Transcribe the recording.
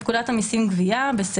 8.תיקון פקודת המסים (גבייה) בפקודת המסים (גבייה),